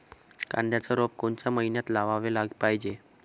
कांद्याचं रोप कोनच्या मइन्यात लावाले पायजे?